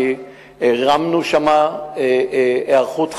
הרמנו שם היערכות חדשה,